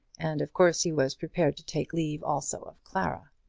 and of course he was prepared to take leave also of clara.